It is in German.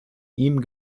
ihm